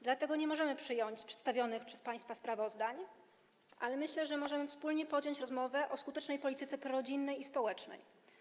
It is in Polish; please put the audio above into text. Dlatego nie możemy przyjąć przedstawionych przez państwa sprawozdań, ale myślę, że możemy wspólnie podjąć rozmowę o skutecznej polityce prorodzinnej i społecznej.